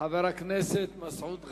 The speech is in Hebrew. חבר הכנסת מסעוד גנאים.